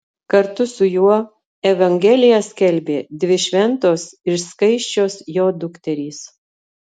kartu su juo evangeliją skelbė dvi šventos ir skaisčios jo dukterys